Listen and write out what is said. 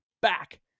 back